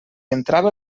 entrava